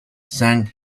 sang